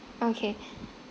okay